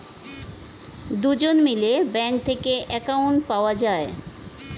দুজন মিলে ব্যাঙ্ক থেকে অ্যাকাউন্ট পাওয়া যায়